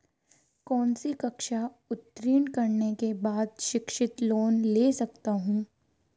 कौनसी कक्षा उत्तीर्ण करने के बाद शिक्षित लोंन ले सकता हूं?